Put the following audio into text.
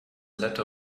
letter